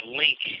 link